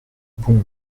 bon